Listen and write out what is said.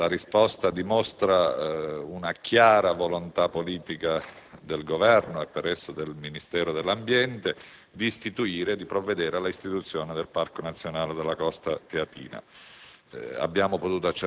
La risposta dimostra una chiara volontà politica del Governo, e per esso del Ministero dell'ambiente, di provvedere all'istituzione del Parco nazionale della «Costa teatina».